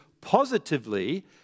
positively